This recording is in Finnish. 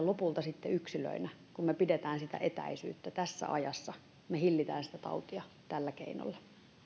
lopulta yksilönä kun me pidämme etäisyyttä tässä ajassa me hillitsemme sitä tautia tällä keinolla